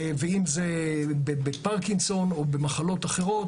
ואם זה בפרקינסון או במחלות אחרות.